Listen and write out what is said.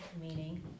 meaning